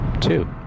two